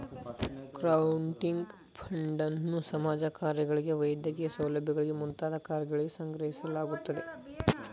crowding ಫಂಡನ್ನು ಸಮಾಜ ಕಾರ್ಯಗಳಿಗೆ ವೈದ್ಯಕೀಯ ಸೌಲಭ್ಯಗಳಿಗೆ ಮುಂತಾದ ಕಾರ್ಯಗಳಿಗೆ ಸಂಗ್ರಹಿಸಲಾಗುತ್ತದೆ